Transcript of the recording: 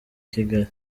kigali